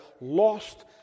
lost